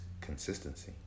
consistency